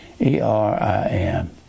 E-R-I-M